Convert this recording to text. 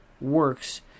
works